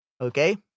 Okay